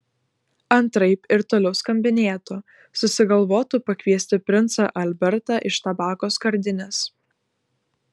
antraip ir toliau skambinėtų susigalvotų pakviesti princą albertą iš tabako skardinės